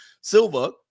Silva